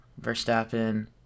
Verstappen